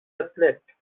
athlete